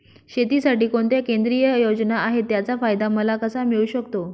शेतीसाठी कोणत्या केंद्रिय योजना आहेत, त्याचा फायदा मला कसा मिळू शकतो?